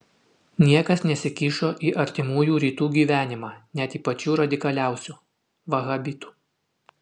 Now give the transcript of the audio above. niekas nesikišo į artimųjų rytų gyvenimą net į pačių radikaliausių vahabitų